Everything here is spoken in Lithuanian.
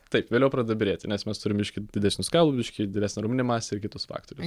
taip vėliau pradeda byrėti nes mes turim biškį didesnius kaulus biškį didesnę raumeninę masę ir kitus faktorius